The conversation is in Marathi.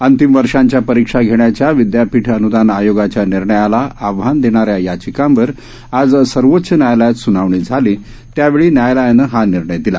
अंतिम वर्षाच्या परीक्षा घेण्याच्या विदयापीठ अनुदान आयोगाच्या निर्णयाला आव्हान देणाऱ्या याचिकांवर आज सर्वोच्च न्यायालयात सुनावणी झाली त्यावेळी न्यायालयानं हा निर्णय दिला